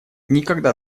никогда